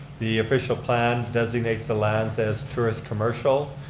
the official plan designates the lands as tourist commercial.